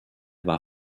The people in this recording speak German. war